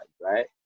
right